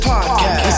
Podcast